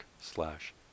slash